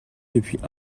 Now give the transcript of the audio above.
depuis